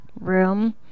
room